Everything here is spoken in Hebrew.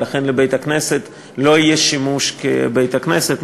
ולכן לבית-הכנסת לא יהיה שימוש כבית-כנסת,